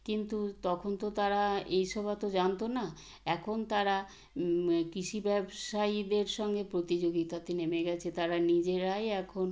কিন্তু তখন তো তারা এই সব অতো জানতো না এখন তারা কৃষি ব্যবসায়ীদের সঙ্গে প্রতিযোগিতাতে নেমে গেছে তারা নিজেরাই এখন